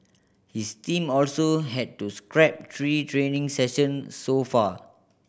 his team also had to scrap three training session so far